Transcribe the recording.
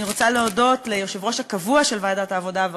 אני רוצה להודות ליושב-ראש הקבוע של ועדת העבודה,